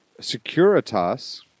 Securitas